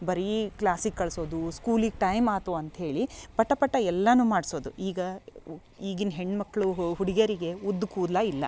ಬರೀ ಕ್ಲಾಸಿಗೆ ಕಳ್ಸೋದು ಸ್ಕೂಲಿಗೆ ಟೈಮ್ ಆತು ಅಂತೇಳಿ ಪಟ ಪಟ ಎಲ್ಲನು ಮಾಡ್ಸೋದು ಈಗ ಈಗಿನ ಹೆಣ್ಮಕ್ಕಳು ಹುಡ್ಗ್ಯರಿಗೆ ಉದ್ದ ಕೂದ್ಲು ಇಲ್ಲ